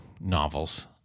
Novels